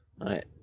Right